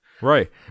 right